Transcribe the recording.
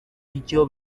icyo